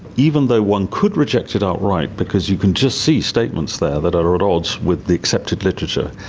even though one could reject it outright because you can just see statements there that are at odds with the accepted literature,